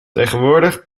tegenwoordig